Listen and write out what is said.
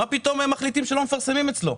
מה פתאום הם מחליטים שלא מפרסמים אצלו?